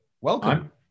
welcome